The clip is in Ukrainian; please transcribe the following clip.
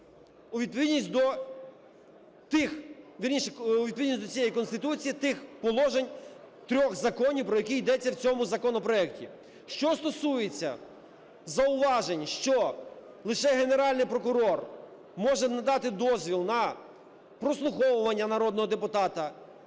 у відповідність до цієї Конституції тих положень, трьох законів, про які йдеться в цьому законопроекті. Що стосується зауважень, що лише Генеральний прокурор може надати дозвіл на прослуховування народного депутата,